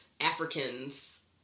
africans